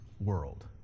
world